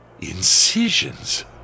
incisions